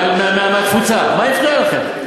מה זה הפריע לכם?